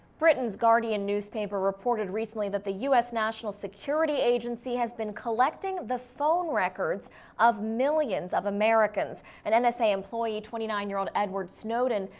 britain's guardian newspaper reported recently that the u s. national security agency has been collecting the phone records of millions of americans. an and nsa employee, twenty nine year-old edward snowden,